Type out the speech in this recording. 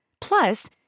Plus